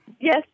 yes